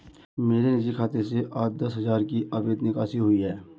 मेरे निजी खाते से आज दस हजार की अवैध निकासी हुई है